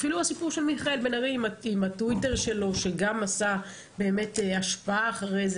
אלא אפילו הסיפור של מיכאל בן ארי עם הטוויטר שלו שגם השפיע אחר כך